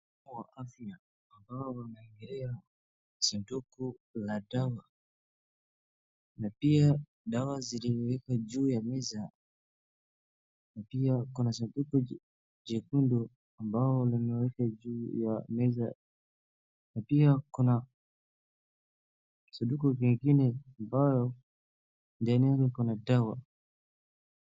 Mhudumu wa afya ambaye anaangalia sanduku la dawa na pia dawa ziliminika juu ya meza na pia kuna sanduku jekundu ambalo limewekwa juu ya meza na pia kuna sanduku lingine ambalo ndani yake kuna dawa.